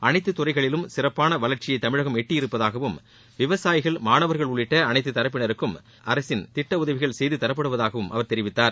அனைத்துத் துறைகளிலும் சிறப்பான வளர்ச்சியை தமிழகம் எட்டியிருப்பதாகவும் விவசாயிகள் மாணவர்கள் உள்ளிட்ட அனைத்துத் தரப்பினருக்கும் தேவையான அரசின் திட்ட உதவிகள் செய்துத் தரப்படுவதாகவும் அவர் தெரிவித்தார்